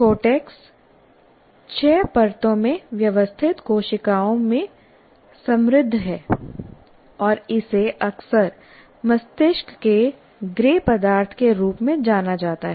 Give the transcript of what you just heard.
cortex छह परतों में व्यवस्थित कोशिकाओं में समृद्ध है और इसे अक्सर मस्तिष्क के ग्रे पदार्थ के रूप में जाना जाता है